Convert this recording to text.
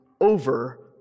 over